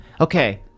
Okay